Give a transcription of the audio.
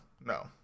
No